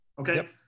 okay